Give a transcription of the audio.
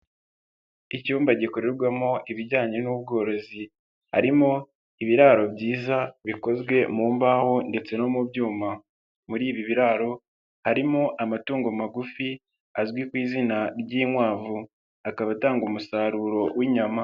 Icyumba gikorerwamo ibijyanye n'ubworozi, harimo ibiraro byiza bikozwe mu mbaho ndetse no mu byuma, muri ibi biraro harimo amatungo magufi azwi ku izina ry'inkwavu akaba atanga umusaruro w'inyama.